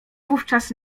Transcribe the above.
wówczas